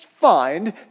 find